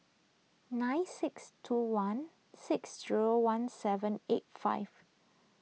nine six two one six zero one seven eight five